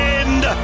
end